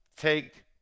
take